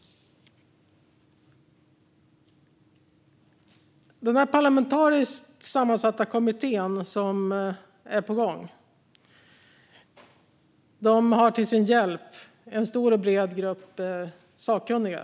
Den parlamentariskt sammansatta kommitté som är på gång har till sin hjälp en stor och bred grupp sakkunniga.